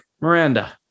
Miranda